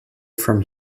from